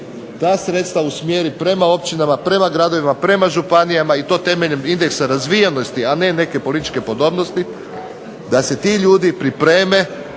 ta sredstava usmjeri prema općinama, prema gradovima, prema županijama i to temeljem indeksa razvijenosti, a ne neke političke podobnosti da se ti ljudi pripreme,